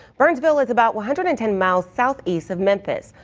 burnsville is about one hundred and ten miles southeast of memphis.